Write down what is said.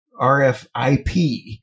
RFIP